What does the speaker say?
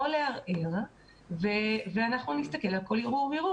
לערער ואנחנו נסתכל על כל ערעור וערעור.